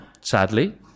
sadly